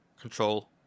control